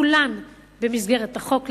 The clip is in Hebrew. כולן במסגרת החוק,